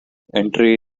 entry